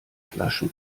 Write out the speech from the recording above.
flaschen